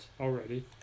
already